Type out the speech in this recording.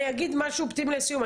אני אגיד משהו אופטימי לסיום.